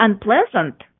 unpleasant